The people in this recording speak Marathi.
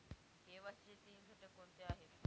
के.वाय.सी चे तीन घटक कोणते आहेत?